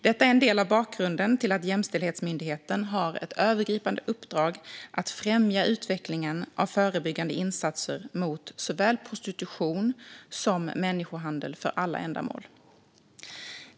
Detta är en del av bakgrunden till att Jämställdhetsmyndigheten har ett övergripande uppdrag att främja utvecklingen av förebyggande insatser mot såväl prostitution som människohandel för alla ändamål.